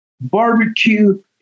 barbecue